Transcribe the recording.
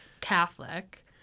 Catholic